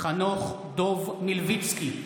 חנוך דב מלביצקי,